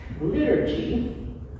Liturgy